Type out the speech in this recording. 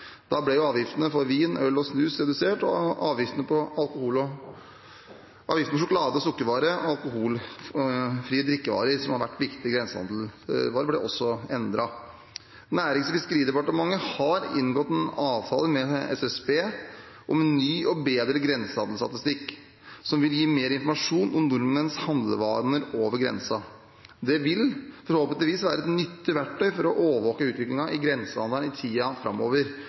Da ble jo avgiftene for vin, øl og snus redusert, og avgiftene på sjokolade, sukkervarer og alkoholfrie drikkevarer, som har vært viktige grensehandelsvarer, ble også endret. Nærings- og fiskeridepartementet har inngått en avtale med SSB om en ny og bedre grensehandelsstatistikk, som vil gi mer informasjon om nordmenns handlevaner over grensa. Det vil forhåpentligvis være et nyttig verktøy for å overvåke utviklingen i grensehandelen i tiden framover.